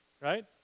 right